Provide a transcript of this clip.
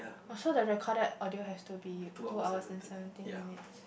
so the recorded audio has to be two hours and seventeen minutes